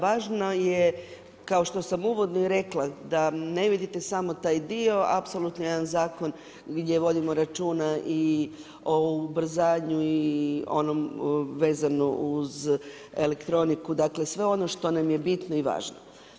Važno je kao što sam uvodno i rekla da ne vidite samo taj dio, apsolutno jedan zakon gdje vodimo računa i o ubrzanju i onom vezno uz elektroniku, dakle sve ono što nam je bitno i važno.